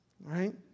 right